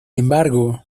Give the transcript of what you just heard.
embargo